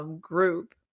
group